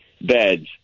beds